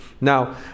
Now